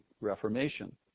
Reformation